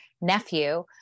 nephew